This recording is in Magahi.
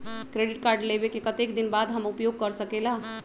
क्रेडिट कार्ड लेबे के कतेक दिन बाद हम उपयोग कर सकेला?